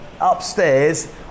upstairs